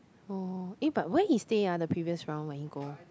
oh eh but where he stay ah the previous round when he go